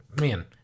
man